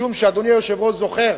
משום שאדוני היושב-ראש זוכר,